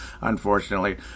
unfortunately